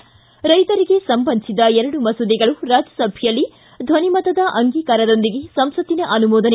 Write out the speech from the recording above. ಿಕ ರೈತರಿಗೆ ಸಂಬಂಧಿಸಿದ ಎರಡು ಮಸೂದೆಗಳು ರಾಜ್ಯಸಭೆಯಲ್ಲಿ ಧ್ವನಿಮತದ ಅಂಗೀಕಾರದೊಂದಿಗೆ ಸಂಸತ್ತಿನ ಅನುಮೋದನೆ